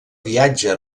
viatja